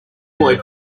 boy